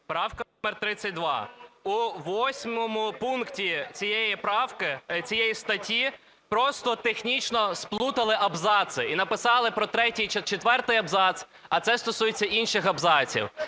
Правка номер 32. У 8 пункті цієї правки, цієї статті просто технічно сплутали абзаци і написали про третій, четвертий абзац, а це стосується інших абзаців.